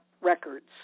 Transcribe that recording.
records